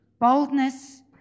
boldness